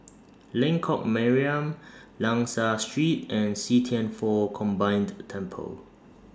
Lengkok Mariam Liang Seah Street and See Thian Foh Combined Temple